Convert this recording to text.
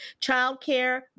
childcare